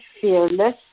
fearless